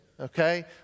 Okay